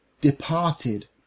departed